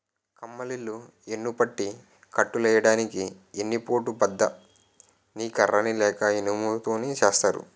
కమ్మలిల్లు యెన్నుపట్టి కట్టులెయ్యడానికి ఎన్ని పోటు బద్ద ని కర్ర లేక ఇనుము తోని సేత్తారు